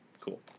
Cool